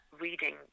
reading